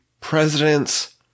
president's